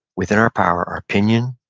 within our power are opinion,